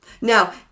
Now